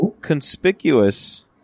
conspicuous